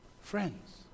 Friends